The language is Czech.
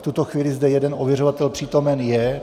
V tuto chvíli zde jeden ověřovatel přítomen je.